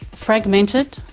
fragmented,